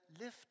lift